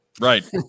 Right